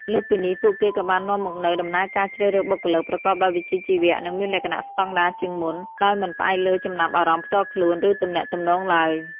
លើសពីនេះ ពួកគេក៏បាននាំមកនូវដំណើរការជ្រើសរើសបុគ្គលិកប្រកបដោយវិជ្ជាជីវៈ និងមានលក្ខណៈស្តង់ដារជាងមុន ដោយមិនផ្អែកលើចំណាប់អារម្មណ៍ផ្ទាល់ខ្លួន ឬទំនាក់ទំនងឡើយ។